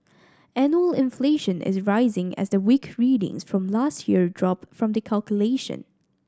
annual inflation is rising as the weak readings from last year drop from the calculation